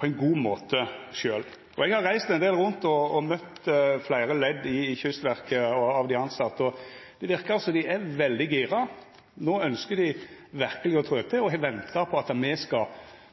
på ein god måte sjølv. Eg har reist ein del rundt og møtt fleire ledd av dei tilsette i Kystverket, og det verkar som dei er veldig gira. No ønskjer dei verkeleg å trø til og har venta på at me skal